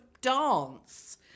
dance